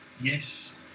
Yes